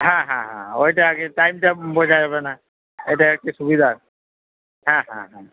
হ্যাঁ হ্যাঁ হ্যাঁ ওইটা আরকি টাইমটা বোঝা যাবে না ওটাই আর কি সুবিধা হ্যাঁ হ্যাঁ হ্যাঁ